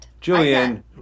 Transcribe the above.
Julian